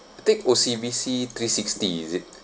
take O_C_B_C three-sixty is it